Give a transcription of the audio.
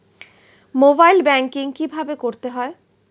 Mobile banking কীভাবে করতে হয়?